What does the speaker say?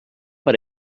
per